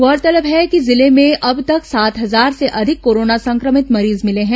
गौरतलब है कि जिले में अब तक सात हजार से अधिक कोरोना संक्रमित मरीज मिले हैं